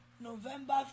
November